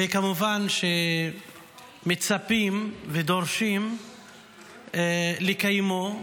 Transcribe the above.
וכמובן מצפים ודורשים לקיימו,